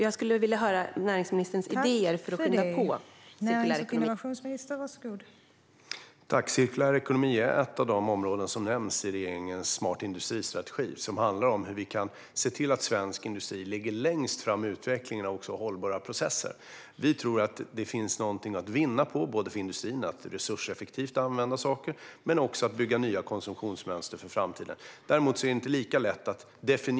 Jag skulle vilja höra om näringsministerns idéer för att skynda på cirkulär ekonomi.